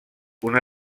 una